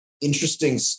interesting